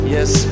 Yes